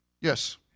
Yes